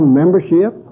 membership